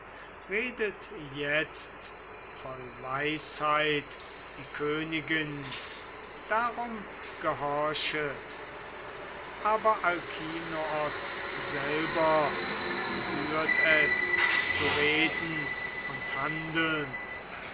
redete jetzt voll weisheit die königin darum gehorchet aber alkinoos selber gebührt es zu reden und handeln